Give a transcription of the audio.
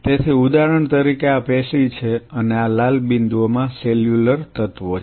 તેથી ઉદાહરણ તરીકે આ પેશી છે અને આ લાલ બિંદુઓમાં સેલ્યુલર તત્વો છે